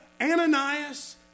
Ananias